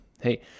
hey